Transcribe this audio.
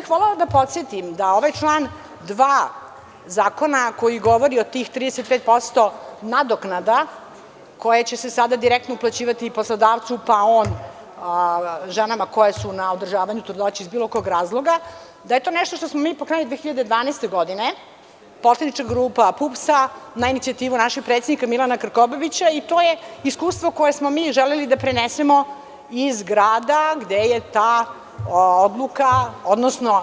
Volela bih da ovaj član 2. Zakona koji govori o tih 35% nadoknada koje će se sada direktno uplaćivati poslodavcu pa on ženama koje na održavanju trudnoće iz nekog razloga, da je to nešto što smo mi 2012. godine poslanička grupa PUPS-a na inicijativu našeg predsednika Milana Krkobabića i to je iskustvo kojesmo mi želeli da prenesemo iz grada gde je ta obuka, odnosno